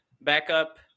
backup